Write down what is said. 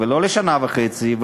ולא לשנה וחצי,